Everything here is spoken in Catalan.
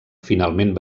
finalment